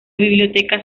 biblioteca